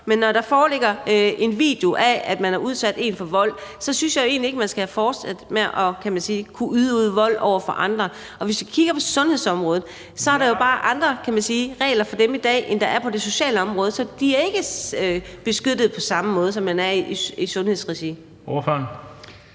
men når der foreligger en video af, at man har udsat en for vold, synes jeg jo egentlig ikke, at man skal fortsætte med at kunne udøve vold over for andre. Og hvis vi kigger på sundhedsområdet, er der jo bare andre regler for dem i dag, end der er på det sociale område, så de er ikke beskyttet på samme måde, som man er i sundhedsregi. Kl.